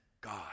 God